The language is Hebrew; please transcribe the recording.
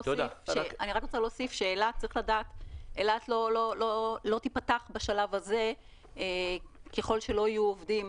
צריך לדעת שאילת לא תיפתח בשלב הזה אם לא יהיו עובדים.